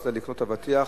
רצית לקנות אבטיח,